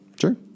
Sure